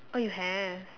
oh you have